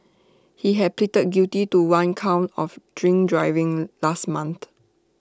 he had pleaded guilty to one count of drink driving last month